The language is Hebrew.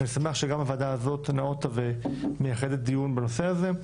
אני שמח שגם הוועדה הזאת נאותה ומצאה לנכון לייחד דיון בנושא הזה.